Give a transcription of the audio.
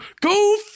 Go